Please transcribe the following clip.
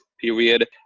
period